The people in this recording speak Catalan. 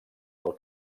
del